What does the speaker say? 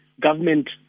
government